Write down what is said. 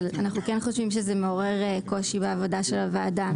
אבל אנחנו כן חושבים שזה מעורר קושי בעבודה של הוועדה.